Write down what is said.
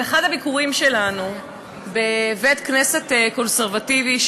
באחד הביקורים שלנו בבית-כנסת קונסרבטיבי,